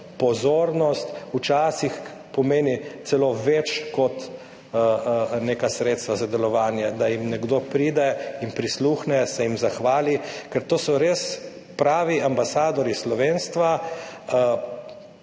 pozornost. Včasih pomeni celo več kot neka sredstva za delovanje, da nekdo pride in prisluhne, se jim zahvali. Ker to so res pravi ambasadorji slovenstva,